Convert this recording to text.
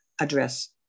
address